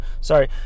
Sorry